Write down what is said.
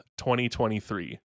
2023